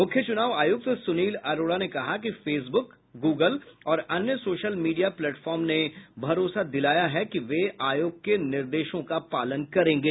मुख्य चुनाव आयुक्त सुनील अरोड़ा ने कहा कि फेसबुक गूगल और अन्य सोशल मीडिया प्लेटफार्म ने भरोसा दिलाया है कि वे आयोग के निर्देशों का पालन करेंगे